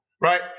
right